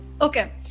Okay